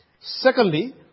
Secondly